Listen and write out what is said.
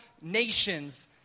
nations